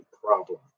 problem